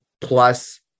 plus